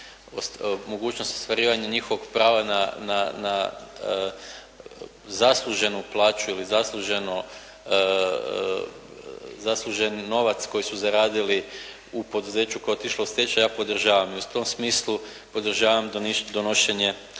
mogućnost ostvarivanja njihovog prava na zasluženu plaću ili zasluženi novac koji su zaradili u poduzeću koje je otišlo u stečaj ja podržavam. I u tom smislu podržavam donošenje